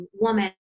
woman